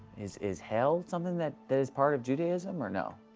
is is hell something that that is part of judaism, or no?